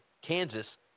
Kansas